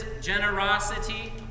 generosity